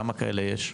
כמה כאלה יש?